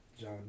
John